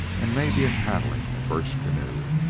and maybe in paddling a birch canoe.